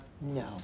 no